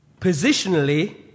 positionally